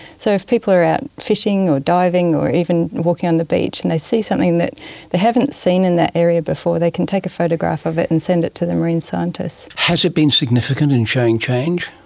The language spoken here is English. so if people are out fishing or diving or even walking on the beach and they see something that they haven't seen in that area before, they can take a photograph of it and send it to the marine scientists. has it been significant in showing change?